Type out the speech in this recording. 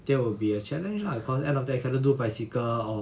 that will be a challenge lah cause end of that I cannot do bicycle or